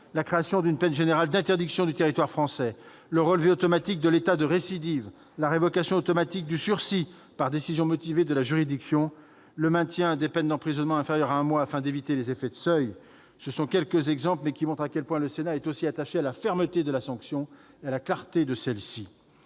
la création d'une peine générale d'interdiction du territoire français ; le relevé automatique de l'état de récidive ; la révocation automatique du sursis par une décision motivée de la juridiction ; enfin, le maintien des peines d'emprisonnement inférieures à un mois, afin d'éviter les effets de seuil. Cela montre à quel point le Sénat est attaché à la fermeté et à la clarté de la